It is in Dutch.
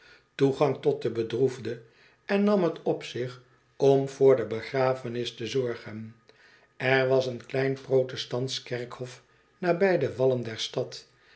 toegang tot den bedroefde en nam het op zich om voor de begrafenis te zorgen er was een klein protestantsch kerkhof nabij de wallen der stad